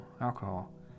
alcohol